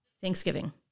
Thanksgiving